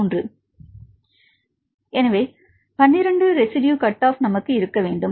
மாணவர் இல்லை ஏனென்றால் 12 ரெஸிட்யு கட் ஆப் நமக்கு இருக்க வேண்டும்